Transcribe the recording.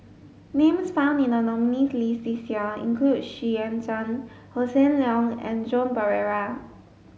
names found in the nominees' list this year include Xu Yuan Zhen Hossan Leong and Joan Pereira